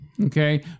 Okay